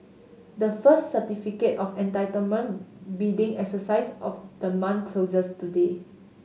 the first Certificate of Entitlement bidding exercise of the month closes today